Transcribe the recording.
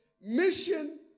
Mission